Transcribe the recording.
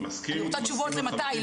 אז אני רוצה תשובות למתי.